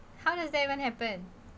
how does that even happen